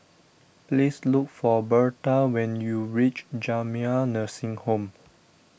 please look for Berta when you reach Jamiyah Nursing Home